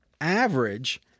average